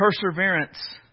perseverance